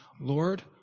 Lord